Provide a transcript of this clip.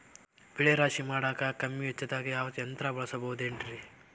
ಬೆಳೆ ರಾಶಿ ಮಾಡಾಕ ಕಮ್ಮಿ ವೆಚ್ಚದಾಗ ಯಾವ ಯಂತ್ರ ಬಳಸಬಹುದುರೇ?